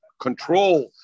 control